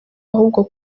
ahubwo